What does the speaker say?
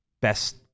best